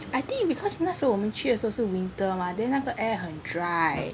I think because 那时候我们去的时候是 winter mah then 那个 air 很 dry